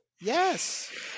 yes